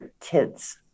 kids